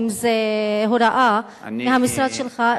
אם זו הוראה מהמשרד שלך,